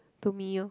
to me lor